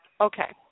Okay